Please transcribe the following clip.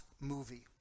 movie